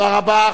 תודה רבה.